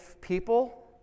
people